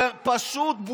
מה